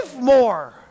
more